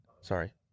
Sorry